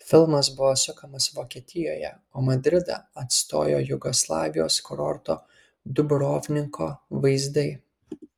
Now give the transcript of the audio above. filmas buvo sukamas vokietijoje o madridą atstojo jugoslavijos kurorto dubrovniko vaizdai